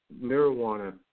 Marijuana